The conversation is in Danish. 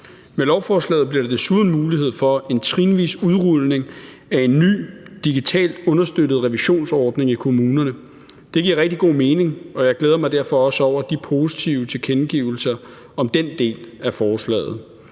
Med lovforslaget bliver der desuden mulighed for en trinvis udrulning af en ny digitalt understøttet revisionsordning i kommunerne. Det giver rigtig god mening, og jeg glæder mig derfor også over de positive tilkendegivelser, der har været,